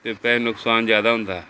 ਅਤੇ ਪੈ ਨੁਕਸਾਨ ਜ਼ਿਆਦਾ ਹੁੰਦਾ